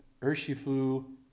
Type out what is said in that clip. Urshifu